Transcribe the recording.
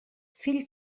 fill